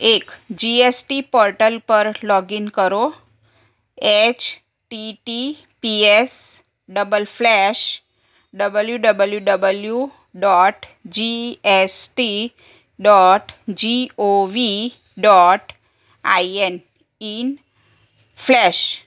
એક GST portal પર login કરો H T T P S double slash W W W dot GST dot G O V dot I N in ફ્લેસ